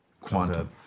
quantum